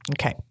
Okay